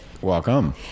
Welcome